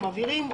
או מבהירים,